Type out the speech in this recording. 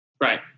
Right